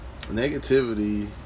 Negativity